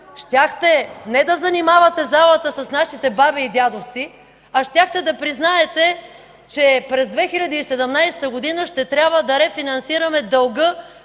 щяхте не да занимавате залата с нашите баби и дядовци, а щяхте да признаете, че през 2017 г. ще трябва да рефинансираме дълга,